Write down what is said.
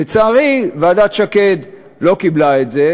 לצערי, ועדת שקד לא קיבלה את זה.